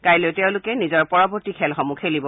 কাইলৈ তেওঁলোকে নিজৰ পৰৱৰ্তী খেলসমূহ খেলিব